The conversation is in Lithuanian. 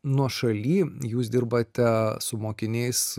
nuošaly jūs dirbate su mokiniais